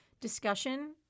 discussion